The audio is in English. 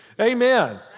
Amen